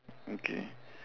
okay